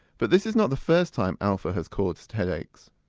but this is not the first time alpha has caused headaches.